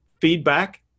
feedback